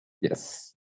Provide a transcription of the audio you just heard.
Yes